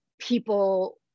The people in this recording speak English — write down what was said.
people